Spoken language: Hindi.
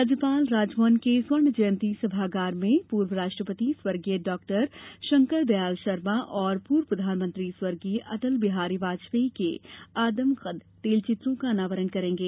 राज्यपाल राजभवन के स्वर्णजयंती सभागार में पूर्व राष्ट्रपति स्वर्गीय डाक्टर शंकरदयाल शर्मा और पुर्व प्रधानमंत्री स्वर्गीय अटलबिहारी वाजपेयी के आदमकद तेलचित्रों का अनावरण करेंगे